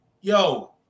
yo